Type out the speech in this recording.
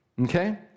Okay